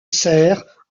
serres